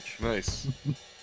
Nice